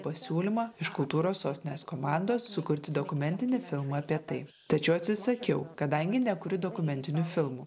pasiūlymą iš kultūros sostinės komandos sukurti dokumentinį filmą apie tai tačiau atsisakiau kadangi nekuriu dokumentinių filmų